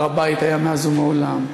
הר-הבית היה מאז ומעולם,